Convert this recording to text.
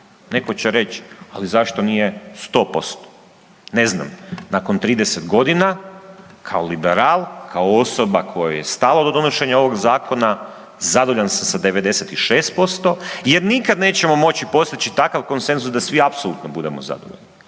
Neko će reć, ali zašto nije 100%? Ne znam, nakon 30 godina kao liberal, kao osoba kojoj je stalo do donošenja ovog zakona zadovoljan sam sa 96% jer nikada nećemo moći postići takav konsenzus da svi apsolutno budemo zadovoljni.